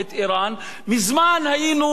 מזמן היינו עם שלום.